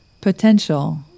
potential